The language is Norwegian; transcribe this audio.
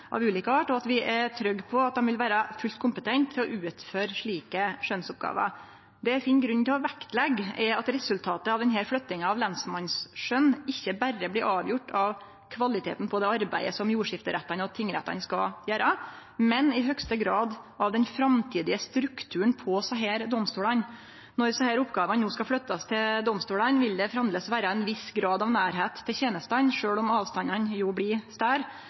av ulik art til jordskiftedomstolane, og at vi er trygge på at dei vil vere fullt kompetente til å utføre slike skjønnsoppgåver. Det eg finn grunn til å leggje vekt på, er at resultatet av denne flyttinga av lensmannsskjønn ikkje berre blir avgjort av kvaliteten på det arbeidet som jordskifterettane og tingrettane skal gjere, men også i høgste grad av den framtidige strukturen på desse domstolane. Når desse oppgåvene no skal flyttast til domstolane, vil det framleis vere ein viss grad av nærleik til tenestene, sjølv om avstandane blir større.